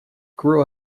grew